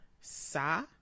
Sa